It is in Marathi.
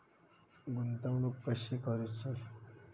गुंतवणूक कशी करूची?